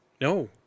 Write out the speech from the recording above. No